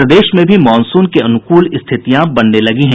प्रदेश में भी मॉनसून के अनुकूल स्थितियां बनने लगी हैं